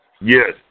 Yes